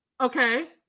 Okay